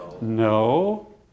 No